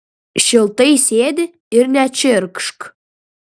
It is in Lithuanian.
šiltai sėdi ir nečirkšk